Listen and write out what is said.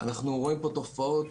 אנחנו רואים תופעות,